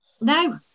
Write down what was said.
no